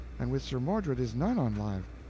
and with sir mordred is none on live.